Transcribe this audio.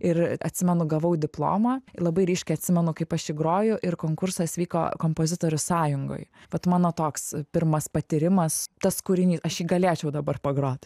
ir atsimenu gavau diplomą labai ryškiai atsimenu kaip aš jį groju ir konkursas vyko kompozitorių sąjungoj vat mano toks pirmas patyrimas tas kūrinys aš jį galėčiau dabar pagrot